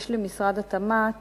יש למשרד התמ"ת